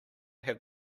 have